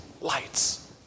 lights